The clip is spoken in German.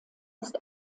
ist